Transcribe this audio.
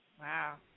Wow